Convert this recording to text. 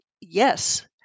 yes